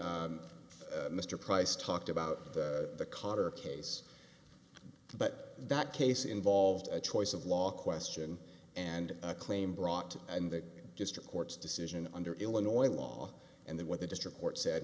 mr price talked about the carter case but that case involved a choice of law question and a claim brought and the district court's decision under illinois law and the what the district court said